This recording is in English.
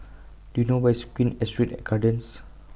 Do YOU know Where IS Queen Astrid Gardens